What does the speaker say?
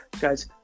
Guys